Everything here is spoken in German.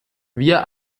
wir